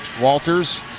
Walters